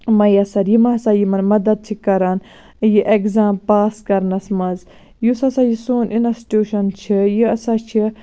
مویَثَر یِم ہَسا یِمَن مَدَد چھِ کَران یہِ ایٚگزام پاس کَرنَس مَنٛز یُس ہَسا یہِ سون اِنَسٹیوشَن چھُ یہِ ہَسا چھِ